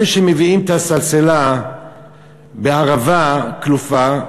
אלה שמביאים את הסלסילה בערבה קלופה,